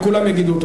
וכולם יגידו.